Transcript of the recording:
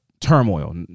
turmoil